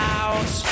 out